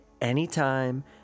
anytime